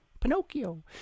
Pinocchio